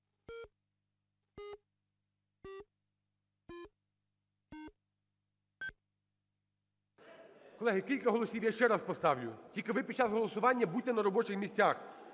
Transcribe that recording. Колеги, кілька голосів. Я ще раз поставлю. Тільки ви під час голосування будьте на робочих місцях.